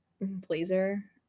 blazer